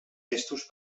llestos